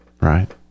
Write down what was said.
Right